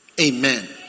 Amen